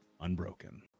unbroken